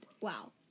wow